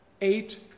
eight